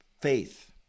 faith